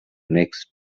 next